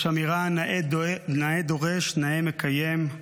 יש אמירה: נאה דורש, נאה מקיים.